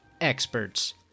experts